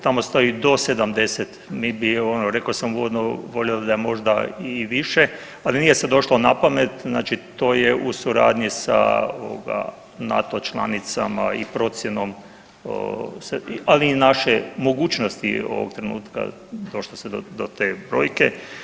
Tamo stoji do 70, mi bi ono, rekao sam uvodno, volio bih da je možda i više, ali nije se došlo napamet, znači to je u suradnji sa ovoga, NATO članicama i procjenom, ali i naše mogućnosti ovog trenutno, došlo se do te brojke.